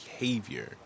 behavior